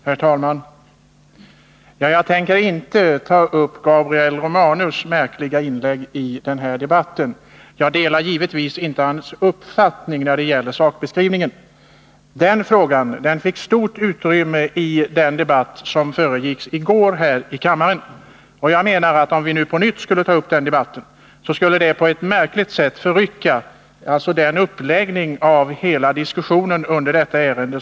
Herr talman! Jag tänker inte ta upp Gabriel Romanus märkliga inlägg i den här debatten. Jag delar givetvis inte hans uppfattning när det gäller sakbeskrivningen. De frågor Gabriel Romanus tog upp fick ju stort utrymme tiska åtgärder tiska åtgärder i debatten i går. Jag menar att om vi på nytt skulle ta upp den debatten skulle det på ett märkligt sätt förrycka den avsedda uppläggningen av hela diskussionen om detta ärende.